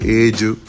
age